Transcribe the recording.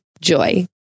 Joy